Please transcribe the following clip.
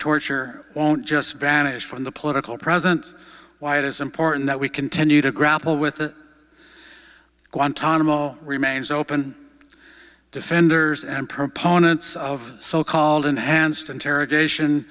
torture won't just vanish from the political present why it is important that we continue to grapple with guantanamo remains open defenders and proponents of so called enhanced interrogation